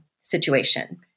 situation